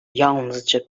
yalnızca